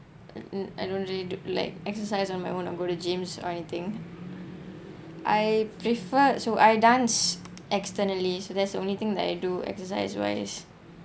I don't really do like exercise on my own or go to gyms or anything I prefer so I dance externally so that's the only thing that I do exercise wise